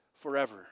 forever